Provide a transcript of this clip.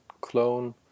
clone